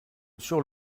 sur